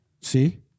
See